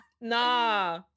Nah